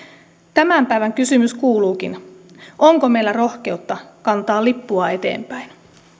tämän päivän kysymys kuuluukin onko meillä rohkeutta kantaa lippua eteenpäin